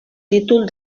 títol